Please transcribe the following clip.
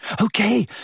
Okay